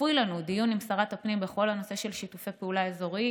צפוי לנו דיון עם שרת הפנים בכל הנושא של שיתופי פעולה אזוריים,